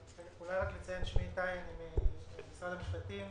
משרד המשפטים,